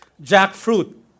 jackfruit